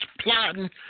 plotting